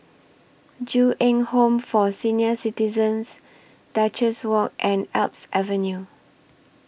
Ju Eng Home For Senior Citizens Duchess Walk and Alps Avenue